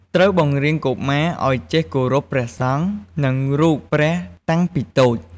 ត្រូវបង្រៀនកុមារឲ្យចះគោរពព្រះសង្ឃ និងរូបព្រះតាំងពីតូច។